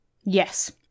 Yes